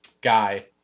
guy